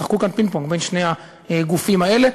ישחקו כאן פינג-פונג בין שני הגופים האלה,